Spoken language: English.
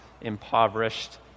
impoverished